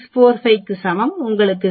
645 சமம் உங்களுக்கு 0